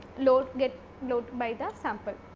load get load by the sample.